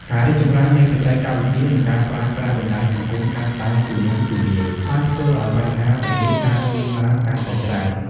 ការរីកចម្រើននៃបច្ចេកវិទ្យា និងការប្រើប្រាស់បណ្ដាញសង្គមកាន់តែទូលំទូលាយ បានធ្វើឱ្យបញ្ហាទាំងនេះកើតមានឡើងកាន់តែច្រើន។